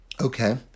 Okay